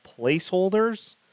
placeholders